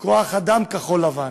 כוח-אדם כחול-לבן.